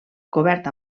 cobert